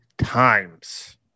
times